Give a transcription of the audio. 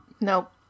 Nope